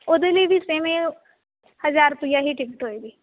ਉਹਦੇ ਲਈ ਵੀ ਸੇਮ ਇਹ ਹਜ਼ਾਰ ਰੁਪਇਆ ਹੀ ਟਿਕਟ ਹੋਏਗੀ